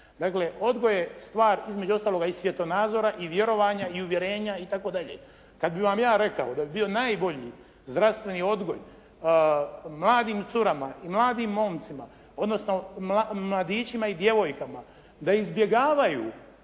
Dakle, odgoj je stvar između ostaloga i svjetonazora i vjerovanja i uvjerenja itd. Kad bih vam ja rekao da bi bio najbolji zdravstveni odgoj mladim curama i mladim momcima, odnosno mladićima i djevojkama da izbjegavaju